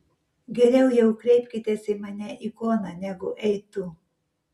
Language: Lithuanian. geriau jau kreipkitės į mane ikona negu ei tu